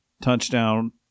touchdown